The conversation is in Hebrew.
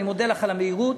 מודה לך על המהירות.